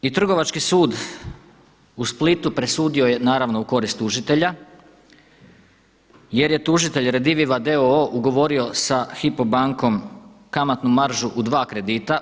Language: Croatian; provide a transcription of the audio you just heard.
I Trgovački sud u Splitu presudio je naravno u korist tužitelja, jer je tužitelj Rediviva d.o.o. ugovorio sa Hypo bankom kamatnu maržu u dva kredita.